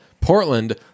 Portland